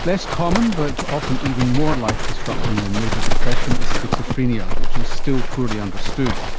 less common but often even more life-disrupting than major depression is schizophrenia, which is still poorly understood.